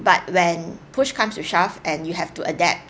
but when push comes to shove and you have to adapt